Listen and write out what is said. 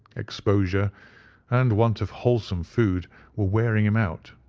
exposure and want of wholesome food were wearing him out.